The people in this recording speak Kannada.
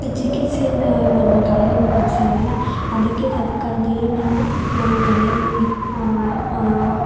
ಚಿಕಿತ್ಸೆಯಿಂದ ನಮ್ಮ ಖಾಯಿಲೆಗಳು ವಾಸಿಯಾಗೋಲ್ಲ ಅದಕ್ಕೆ ತಕ್ಕದ್ದೆಯೇ ನಾವು ನಮ್ಮ ಮನೆಯಲ್ಲಿ